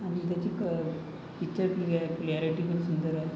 आणि त्याची picture clear clarity पण सुंदर आहे